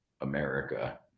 America